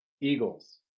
Eagles